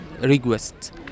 request